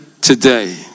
today